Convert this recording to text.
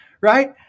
right